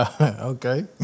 Okay